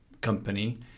company